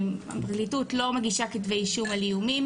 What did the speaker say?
הפרקליטות לא מגישה כתבי אישום על איומים,